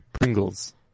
Pringles